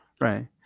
Right